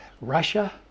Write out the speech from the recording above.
Russia